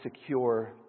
secure